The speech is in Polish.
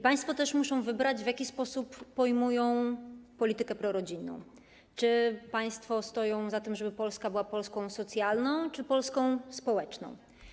Państwo też muszą wybrać, w jaki sposób pojmują politykę prorodzinną: czy państwo stoją za tym, żeby Polska była Polską socjalną, czy Polską społeczną.